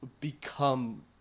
become